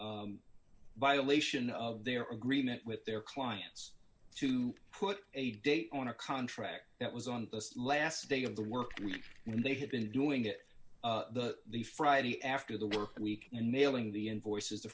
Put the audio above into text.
violation of their agreement with their clients to put a date on a contract that was on the last day of the work week and they had been doing it the friday after the work week and mailing the invoices the